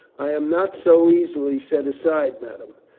i am not so easily set aside, madame,